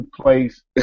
place